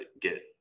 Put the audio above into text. get